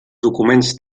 documents